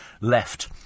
left